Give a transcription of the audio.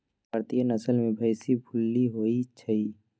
भारतीय नसल में भइशी भूल्ली होइ छइ